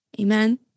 amen